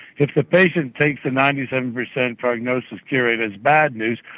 if the patient thinks the ninety seven percent prognosis cure rate as bad news,